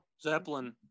Zeppelin